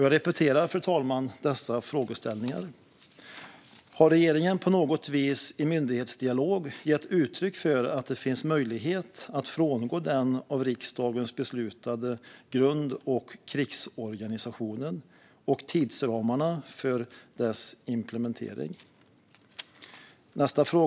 Jag repeterar dem, fru talman: Har regeringen på något vis i myndighetsdialog gett uttryck för att det finns möjlighet att frångå den av riksdagen beslutade grund och krigsorganisationen och tidsramarna för dess implementering?